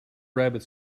rabbit